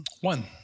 One